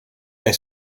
est